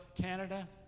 Canada